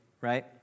right